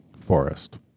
Forest